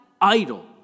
idol